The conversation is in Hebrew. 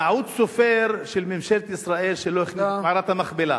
טעות סופר של ממשלת ישראל שלא הכניסו את מערת המכפלה.